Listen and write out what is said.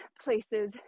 places